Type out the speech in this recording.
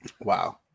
Wow